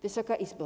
Wysoka Izbo!